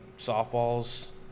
softball's